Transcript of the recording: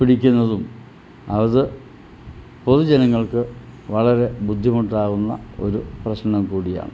പിടിക്കുന്നതും അത് പൊതു ജനങ്ങൾക്ക് വളരെ ബുദ്ധിമുട്ടാവുന്ന ഒരു പ്രശ്നം കൂടിയാണ്